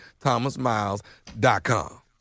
thomasmiles.com